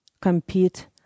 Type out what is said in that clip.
compete